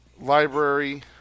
Library